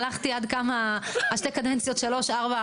הלכתי עד 3 הקדנציות האחרונות.